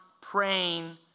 praying